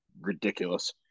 ridiculous